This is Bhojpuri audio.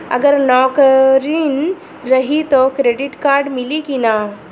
अगर नौकरीन रही त क्रेडिट कार्ड मिली कि ना?